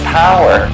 power